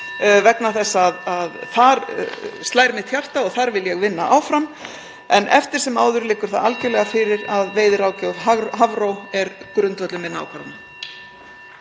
vegna þess að þar slær mitt hjarta og þar vil ég vinna áfram. En eftir sem áður liggur það algerlega fyrir að veiðiráðgjöf Hafró er grundvöllur ákvarðana